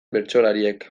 bertsolariek